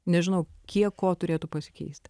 nežinau kiek kiek ko turėtų pasikeisti